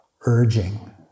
urging